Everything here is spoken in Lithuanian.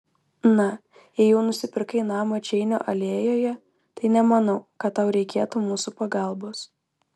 na jei jau nusipirkai namą čeinio alėjoje tai nemanau kad tau reikėtų mūsų pagalbos